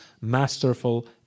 masterful